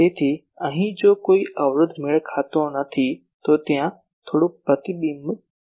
તેથી અહીં જો કોઈ અવરોધ મેળ ખાતો નથી તો ત્યાં થોડું પ્રતિબિંબ આવશે